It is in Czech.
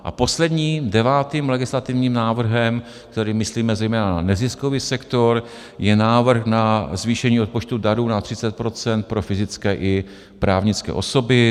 A posledním, devátým legislativním návrhem, kterým myslíme zejména na neziskový sektor, je návrh na zvýšení odpočtu darů na 30 % pro fyzické i právnické osoby.